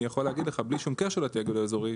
אני יכול להגיד לך בלי קשר לתאגיד האזורי,